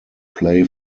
play